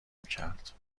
میکرد